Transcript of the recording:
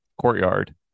courtyard